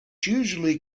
usually